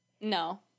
No